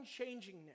unchangingness